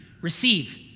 receive